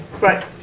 Right